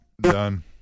Done